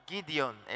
Gideon